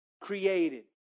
created